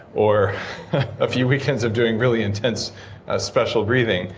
or a few weekends of doing really intense ah special breathing.